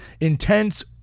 intense